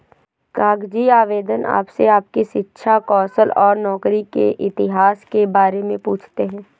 कागजी आवेदन आपसे आपकी शिक्षा, कौशल और नौकरी के इतिहास के बारे में पूछते है